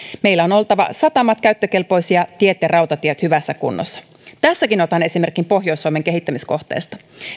meillä on oltava satamat käyttökelpoisia tiet ja rautatiet hyvässä kunnossa tässäkin otan esimerkin pohjois suomen kehittämiskohteesta